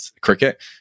cricket